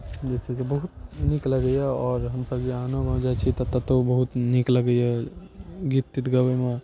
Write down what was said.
जे छै से बहुत नीक लगैया आओर हमसब जे आनो गाँव जाइ छी तऽ ततौ बहुत नीक लगैया गीत तीत गबैमे